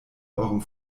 eurem